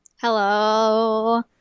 Hello